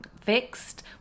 fixed